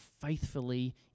faithfully